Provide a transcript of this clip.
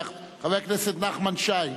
חבר הכנסת נחמן שי,